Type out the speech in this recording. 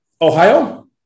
Ohio